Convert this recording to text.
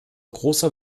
großer